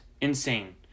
insane